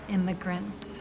Immigrant